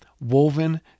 Woven